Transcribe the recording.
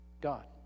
God